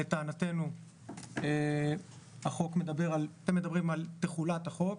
לטענתנו אתם מדברים על תחולת החוק.